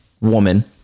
woman